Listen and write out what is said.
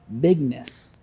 bigness